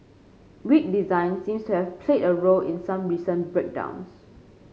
weak design seems to have played a role in some recent breakdowns